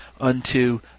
unto